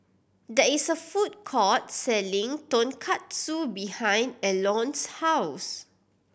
there is a food court selling Tonkatsu behind Elon's house